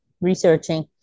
researching